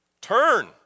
Turn